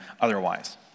otherwise